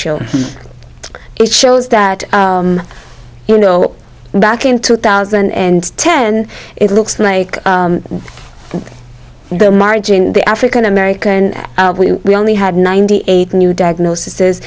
show it shows that you know back in two thousand and ten it looks like the margin the african american and we only had ninety eight new diagnosis is